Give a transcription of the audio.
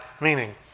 meaning